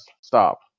Stop